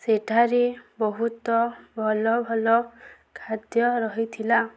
ସେଠାରେ ବହୁତ ଭଲ ଭଲ ଖାଦ୍ୟ ରହିଥିଲା